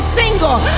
single